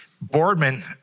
Boardman